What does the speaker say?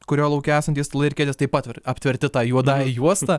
kurio lauke esantys stalai ir kėdės taip pat ir aptverti ta juodąja juosta